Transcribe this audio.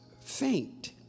faint